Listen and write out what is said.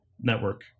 network